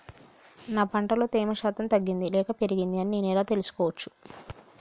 నా పంట లో తేమ శాతం తగ్గింది లేక పెరిగింది అని నేను ఎలా తెలుసుకోవచ్చు?